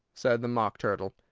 said the mock turtle.